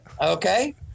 okay